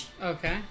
Okay